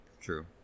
True